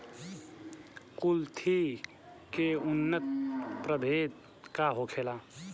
कुलथी के उन्नत प्रभेद का होखेला?